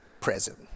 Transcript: present